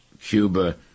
Cuba